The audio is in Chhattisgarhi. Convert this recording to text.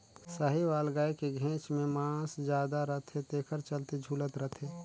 साहीवाल गाय के घेंच में मांस जादा रथे तेखर चलते झूलत रथे